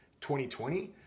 2020